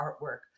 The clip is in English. artwork